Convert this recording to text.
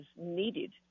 needed